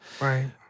right